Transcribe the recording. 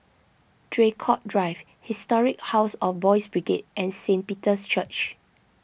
Draycott Drive Historic House of Boys' Brigade and Saint Peter's Church